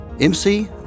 MC